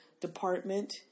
Department